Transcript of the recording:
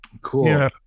Cool